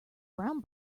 brown